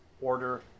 order